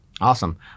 Awesome